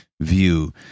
view